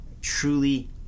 truly